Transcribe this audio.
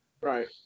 Right